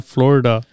Florida